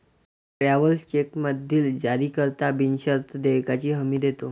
travellers चेकमधील जारीकर्ता बिनशर्त देयकाची हमी देतो